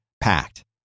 packed